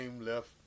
left